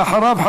ואחריו,